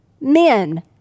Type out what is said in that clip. men